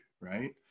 right